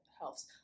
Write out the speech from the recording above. helps